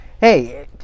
hey